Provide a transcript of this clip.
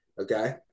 okay